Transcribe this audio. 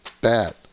bad